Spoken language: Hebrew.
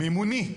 מימוני.